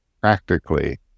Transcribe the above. practically